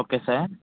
okay sir